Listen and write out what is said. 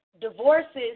divorces